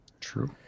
True